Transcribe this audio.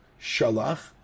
Shalach